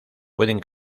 pueden